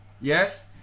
yes